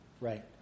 Right